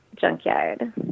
Junkyard